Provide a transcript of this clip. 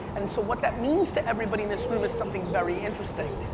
and so what that means to everybody in this room is something very interesting.